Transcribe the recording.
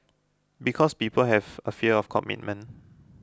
because people have a fear of commitment